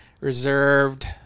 Reserved